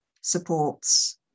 supports